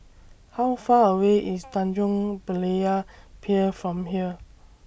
How Far away IS Tanjong Berlayer Pier from here